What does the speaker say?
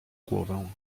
głowę